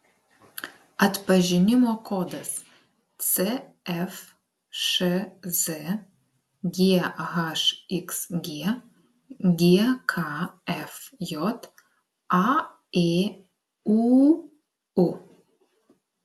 atpažinimo kodas cfšz ghxg gkfj aėūu